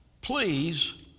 please